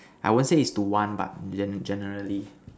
I won't say is to one but genre generally